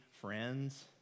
friends